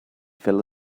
fell